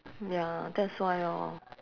ya that's why orh